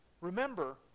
remember